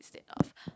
instead of